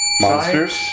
Monsters